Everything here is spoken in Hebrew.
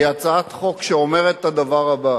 היא הצעת חוק שאומרת את הדבר הבא: